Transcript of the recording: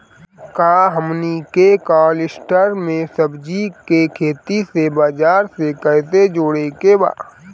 का हमनी के कलस्टर में सब्जी के खेती से बाजार से कैसे जोड़ें के बा?